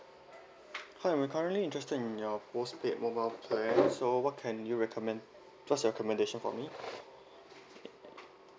hi I'm currently interested in your postpaid mobile plan so what can you recommend what's your recommendation for me